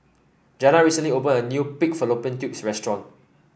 Jana recently opened a new Pig Fallopian Tubes restaurant